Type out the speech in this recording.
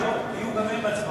היו גם הם בהצבעות.